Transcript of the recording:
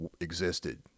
existed